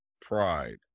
pride